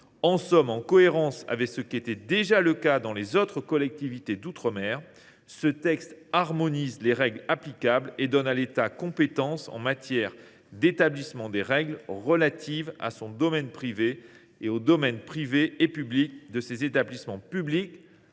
En somme, en cohérence avec ce qui existait déjà dans les autres collectivités d’outre mer, le présent projet de loi prévoit d’harmoniser les règles applicables et de donner à l’État une compétence en matière d’établissement des règles relatives à son domaine privé et aux domaines privé et public de ses établissements publics